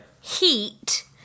Heat